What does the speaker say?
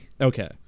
Okay